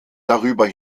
darüber